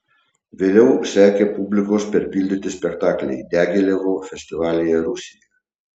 vėliau sekė publikos perpildyti spektakliai diagilevo festivalyje rusijoje